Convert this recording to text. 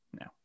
No